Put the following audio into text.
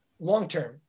long-term